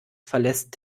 verlässt